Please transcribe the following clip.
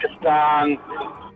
Pakistan